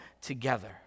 together